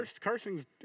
cursing's